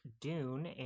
Dune